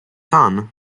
son